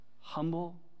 Humble